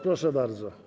Proszę bardzo.